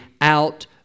out